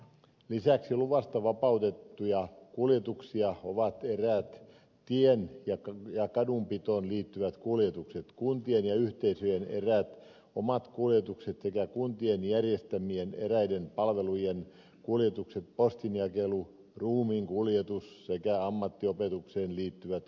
lisäksi luvasta vapautettuja kuljetuksia ovat eräät tien ja kadunpitoon liittyvät kuljetukset kuntien ja yhteisöjen eräät omat kuljetukset sekä kuntien järjestämien eräiden palvelujen kuljetukset postinjakelu ruumiinkuljetus sekä ammattiopetukseen liittyvät kuljetukset